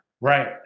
Right